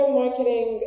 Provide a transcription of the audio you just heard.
marketing